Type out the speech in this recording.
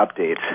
updates